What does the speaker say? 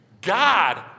God